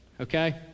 Okay